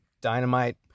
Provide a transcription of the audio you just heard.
Dynamite